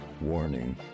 Warning